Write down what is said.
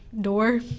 Door